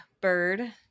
Bird